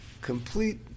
complete